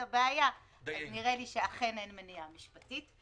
הבעיה אז נראה לי שאכן אין מניעה משפטית.